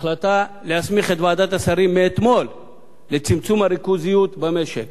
ההחלטה מאתמול להסמיך את ועדת השרים לצמצום הריכוזיות במשק,